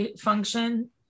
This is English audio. function